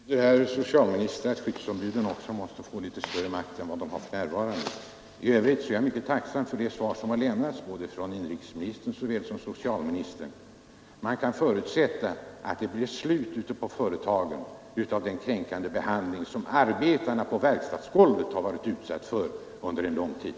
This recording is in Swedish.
Herr talman! Det betyder, herr socialminister, att skyddsombuden också måste få litet större makt än vad de har för närvarande. I övrigt uttalar jag mitt tack för de svar som har lämnats från inrikesministern såväl som från socialministern. Man kan alltså förutsätta att det ute på företagen blir slut på den kränkande behandling som arbetare på verkstadsgolvet har varit utsatta för under en lång tid.